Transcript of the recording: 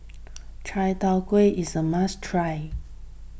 Chai Dao Kueh is a must try